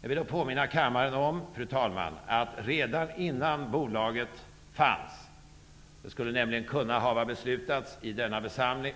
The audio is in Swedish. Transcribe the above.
Jag vill då påminna kammaren om, att redan innan bolaget fanns -- beslutet skulle ha kunnat fattas i denna